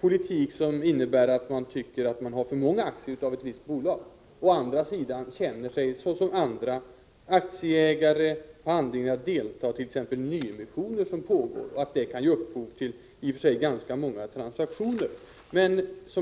politik som innebär att man tycker att man har för många aktier i ett bolag och å andra sidan känner sig som andra aktieägare och därför har anledning att delta i t.ex. nyemissioner, som kan ge upphov till ganska många transaktioner.